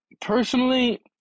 Personally